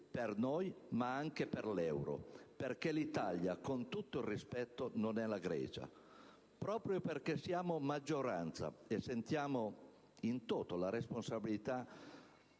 per noi ma anche per l'euro. Perché l'Italia, con tutto il rispetto, non è la Grecia». Proprio perché siamo maggioranza e sentiamo *in toto* la responsabilità